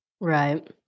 right